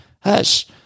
hush